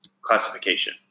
classification